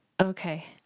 Okay